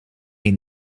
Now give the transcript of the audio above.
een